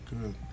Good